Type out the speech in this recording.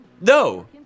No